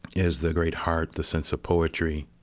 is the great heart, the sense of poetry,